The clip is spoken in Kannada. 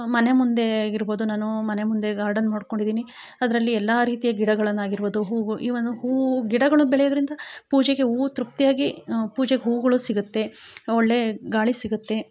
ಮನೆ ಮುಂದೆ ಆಗಿರ್ಬೋದು ನಾನು ಮನೆ ಮುಂದೆ ಗಾರ್ಡನ್ ಮಾಡಿಕೊಂಡಿದಿನಿ ಅದರಲ್ಲಿ ಎಲ್ಲ ರೀತಿಯ ಗಿಡಗಳನ್ನು ಆಗಿರ್ಬೋದು ಹೂವು ಇವನ್ ಹೂವು ಗಿಡಗಳು ಬೆಳೆಯೋದರಿಂದ ಪೂಜೆಗೆ ಹೂವು ತೃಪ್ತಿಯಾಗಿ ಪೂಜೆಗೆ ಹೂವುಗಳು ಸಿಗುತ್ತೆ ಒಳ್ಳೇ ಗಾಳಿ ಸಿಗುತ್ತೆ